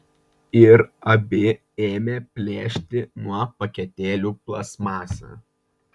ir abi ėmė plėšti nuo paketėlių plastmasę